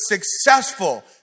successful